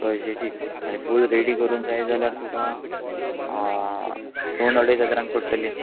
कळशेचीच आनी फूल रेडी करूंक जाय जाल्यार तुका दोन अडेज हजारांक पडटली